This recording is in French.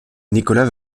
nicholas